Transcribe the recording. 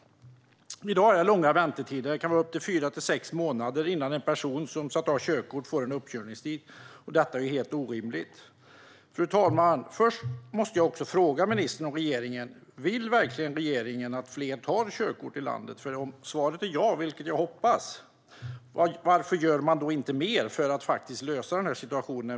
I dag är det långa väntetider; det kan dröja upp till fyra till sex månader innan en person som ska ta körkort får en uppkörningstid. Detta är helt orimligt. Fru talman! Först måste jag också fråga ministern och regeringen: Vill verkligen regeringen att fler tar körkort i landet? Om svaret är ja, vilket jag hoppas, varför gör man inte mer för att lösa denna situation?